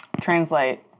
translate